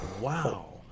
wow